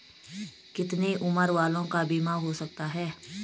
कितने उम्र वालों का बीमा हो सकता है?